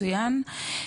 מצוין.